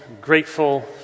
grateful